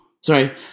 sorry